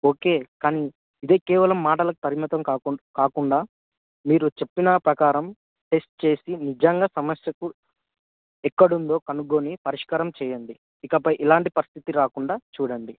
okay కానీ ఇదే కేవలం మాటలకు పరిమితం కాకుం కాకుండా మీరు చెప్పిన ప్రకారం టెస్ట్ చేసి నిజంగా సమస్యకు ఎక్కడ ఉందో కనుగొని పరిష్కారం చేయండి ఇకపై ఇలాంటి పరిస్థితి రాకుండా చూడండి